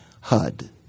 Hud